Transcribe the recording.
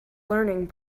learning